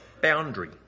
boundary